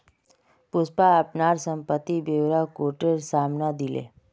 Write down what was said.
पुष्पा अपनार संपत्ति ब्योरा कोटेर साम न दिले